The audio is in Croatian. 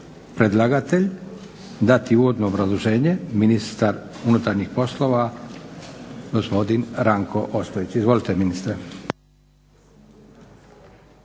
predlagatelj dati uvodno obrazloženje? Ministar unutarnjih poslova gospodin Ranko Ostojić. Izvolite ministre.